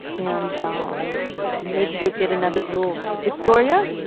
and um maybe you'll get another little victoria.